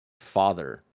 father